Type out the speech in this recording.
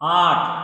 आठ